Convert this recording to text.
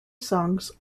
songs